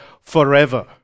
forever